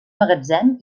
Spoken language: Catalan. magatzem